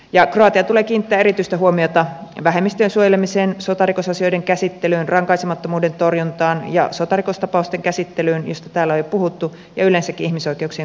kroatian tulee kiinnittää erityistä huomiota vähemmistöjen suojelemiseen sotarikosasioiden käsittelyyn rankaisemattomuuden torjuntaan ja sotarikostapausten käsittelyyn joista täällä on jo puhuttu ja yleensäkin ihmisoikeuksien kunnioittamiseen